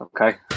Okay